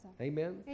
Amen